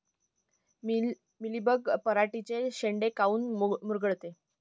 Mealybug पराटीचे चे शेंडे काऊन मुरगळते?